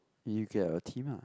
you get your team ah